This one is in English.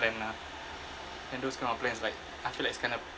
plan lah and those kind of plans like I feel like it's kinda